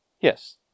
yes